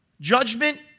Judgment